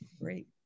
Great